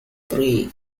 three